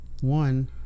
One